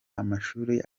amashuri